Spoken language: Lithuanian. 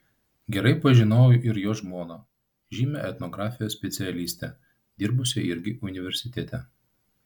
gerai pažinojau ir jo žmoną žymią etnografijos specialistę dirbusią irgi universitete